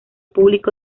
público